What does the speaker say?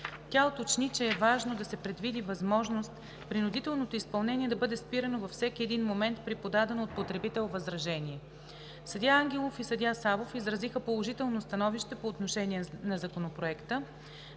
Тя уточни, че е важно да се предвиди възможност принудителното изпълнение да бъде спирано във всеки един момент при подадено от потребител възражение. Съдия Ангелов и съдия Савов изразиха положително становище по отношение на Законопроекта.